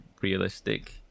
realistic